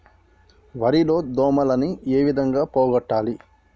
వరి లో దోమలని ఏ విధంగా పోగొట్టాలి?